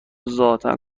ذاتا